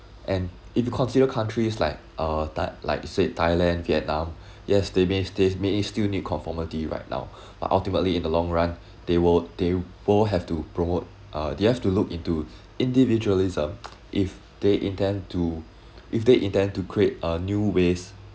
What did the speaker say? and if you consider countries like uh th~ like said thailand vietnam yes they may still need conformity right now but ultimately in the long run they will they will have to promote uh they have to look into individualism if they intend to if they intend to create uh new ways